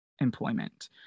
employment